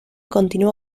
continuó